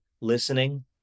listening